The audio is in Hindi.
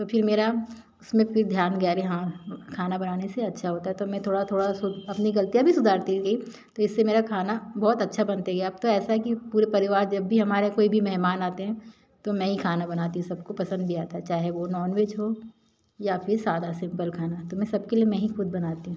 तो फिर मेरा उसमे ध्यान गया अरे हाँ खाना बनाने से अच्छा होता है तो मैं थोड़ा थोड़ा अपनी गलतियाँ भी सुधारती थी तो इससे मेरा खाना बहुत अच्छा बनते गया तो ऐसा है कि पूरा परिवार जब भी हमारे यहाँ कोई मेहमान आता है तो मैं ही खाना बनाती हूँ सबको पसंद भी आता है चाहे वो नॉनवेज हो या फिर सादा सिंपल तो मैं सब के लिए मैं ही सब कुछ बनाती हूँ